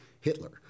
Hitler